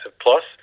plus